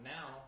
Now